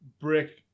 Brick